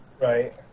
Right